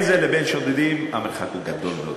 אבל בין זה לבין שודדים המרחק הוא גדול מאוד,